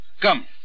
Come